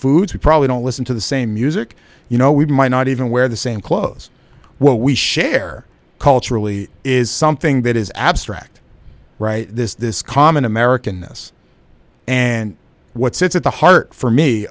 foods we probably don't listen to the same music you know we might not even wear the same clothes well we share culturally is something that is abstract right this this common american this and what sits at the heart for me